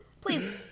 Please